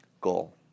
goal